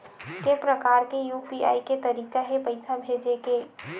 के प्रकार के यू.पी.आई के तरीका हे पईसा भेजे के?